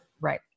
Right